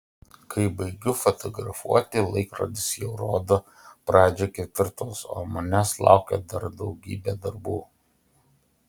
kai baigiu fotografuoti laikrodis jau rodo pradžią ketvirtos o manęs laukia dar daugybė darbų